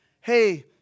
Hey